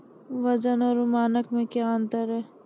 वजन और मानक मे क्या अंतर हैं?